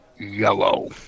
Yellow